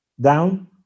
down